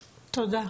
תודה.